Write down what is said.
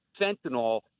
fentanyl